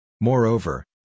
Moreover